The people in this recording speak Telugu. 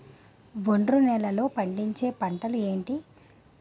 ఒండ్రు నేలలో పండించే పంటలు ఏంటి?